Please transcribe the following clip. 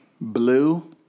blue